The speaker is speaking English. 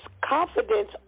confidence